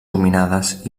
dominades